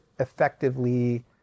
effectively